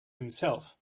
himself